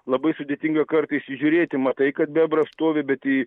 labai sudėtinga kartais įžiūrėti matai kad bebras stovi bet